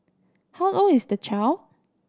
how old is the child